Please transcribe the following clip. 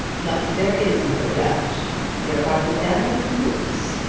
but there is no doubt. there are the damning proofs.